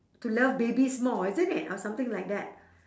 to love babies more isn't it or something like that